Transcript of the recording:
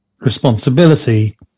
responsibility